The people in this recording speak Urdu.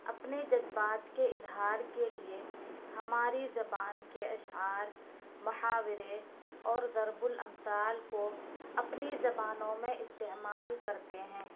اپنے جذبات کے اظہار کے لیے ہماری زبان کے اشعار محاورے اور ضرب الامثال کو اپنی زبانوں میں استعمال کرتے ہیں